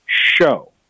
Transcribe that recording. show